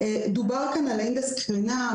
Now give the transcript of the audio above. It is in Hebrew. דובר כאן על אינדקס קרינה ,